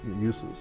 uses